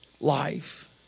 life